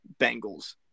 Bengals